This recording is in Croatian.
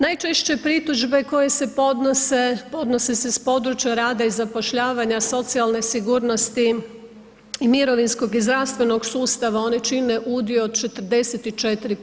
Najčešće pritužbe koje se podnose, podnose se sa područja rada i zapošljavanja socijalne sigurnosti i mirovinskog i zdravstvenog sustava, one čine udio od 44%